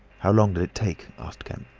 how long did it take? asked kemp.